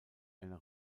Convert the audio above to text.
einer